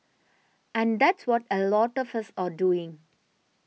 and that's what a lot of us are doing